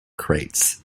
crates